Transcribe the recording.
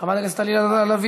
חברת הכנסת עליזה לביא,